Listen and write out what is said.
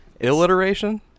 alliteration